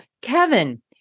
Kevin